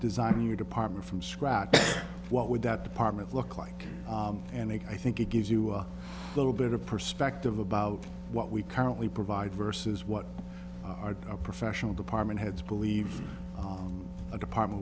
designing your department from scratch what would that department look like and i think it gives you a little bit of perspective about what we currently provide versus what our a professional department heads believe on a department